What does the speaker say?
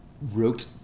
wrote